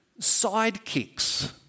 sidekicks